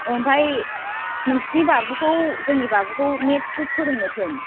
ओमफ्राय नोंसिनि बाबुखौ जोंनि बाबुखौ मेथ्सखौ फोरोंनो थिन